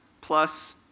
plus